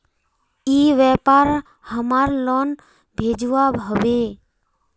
ई व्यापार हमार लोन भेजुआ हभे?